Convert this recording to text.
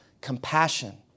compassion